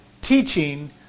teaching